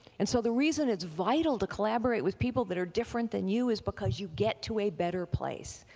and so the reason it's vital to collaborate with people that are different than you is because you get to a better place.